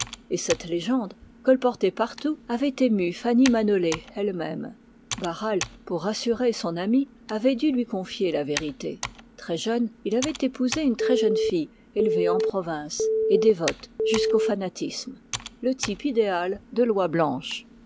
et cette légende colportée partout avait ému fanny manolé ellemême barral pour rassurer son amie avait dû lui confier la vérité très jeune il avait épousé une très jeune fille élevée en province et dévote jusqu'au fanatisme le type idéal de l'oie blanche